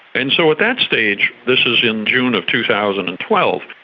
and so at that stage, this is in june of two thousand and twelve,